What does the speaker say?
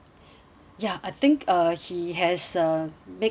ya I think uh he has uh make uh